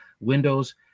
windows